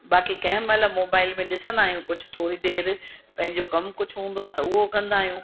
बाकी कंहिं महिल मोबाइल में ॾिसंदा आयूं कुछ थोरी देरि पंहिंजो कम कुझु हूंदो आहे त उहो कंदा आहियूं